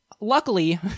luckily